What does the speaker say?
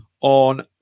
on